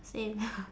same